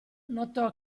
notò